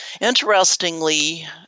Interestingly